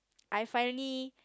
I finally